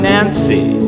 Nancy